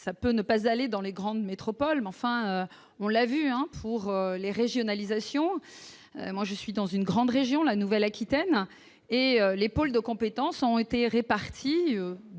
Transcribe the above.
ça peut ne pas aller dans les grandes métropoles, mais enfin, on l'a vu, hein, pour les régionalisation, moi je suis dans une grande région, la Nouvelle-Aquitaine et les pôles de compétences ont été répartis